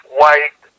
white